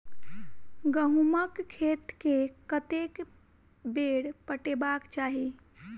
गहुंमक खेत केँ कतेक बेर पटेबाक चाहि?